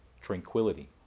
tranquility